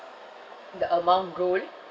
the amount roll